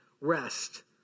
rest